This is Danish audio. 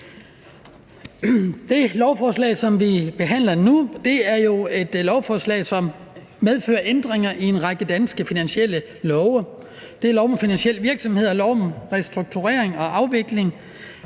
Det lovforslag, som vi behandler nu, er jo et lovforslag, som medfører ændringer i en række danske finansielle love. Det er lov om finansiel virksomhed og lov om restrukturering og afvikling